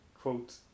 quote